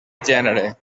gènere